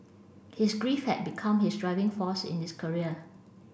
his grief had become his driving force in his career